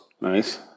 Nice